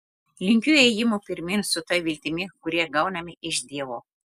linkiu ėjimo pirmyn su ta viltimi kurią gauname iš dievo